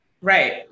Right